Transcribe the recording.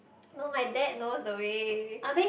no my dad knows the way